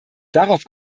darauf